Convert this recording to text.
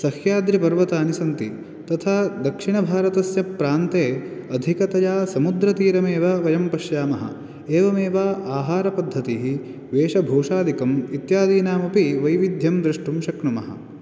सह्याद्रिपर्वतानि सन्ति तथा दक्षिणभारतस्य प्रान्ते अधिकतया समुद्रातीरमेव वयं पश्यामः एवमेव आहारपद्धतिः वेषभूषादिकम् इत्यादीनामपि वैविध्यं द्रष्टुं शक्नुमः